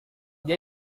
dia